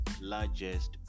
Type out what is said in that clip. largest